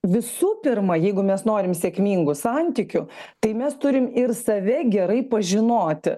visų pirma jeigu mes norim sėkmingų santykių tai mes turim ir save gerai pažinoti